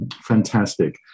Fantastic